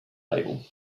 label